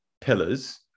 pillars